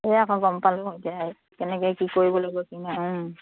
এয়া আকৌ গম পালোঁ এতিয়া কেনেকে কি কৰিব লাগিব কি নাই